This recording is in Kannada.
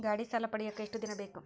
ಗಾಡೇ ಸಾಲ ಪಡಿಯಾಕ ಎಷ್ಟು ದಿನ ಬೇಕು?